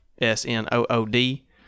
S-N-O-O-D